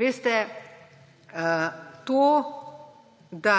Veste, to, da